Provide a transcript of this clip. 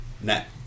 net